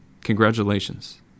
Congratulations